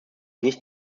nicht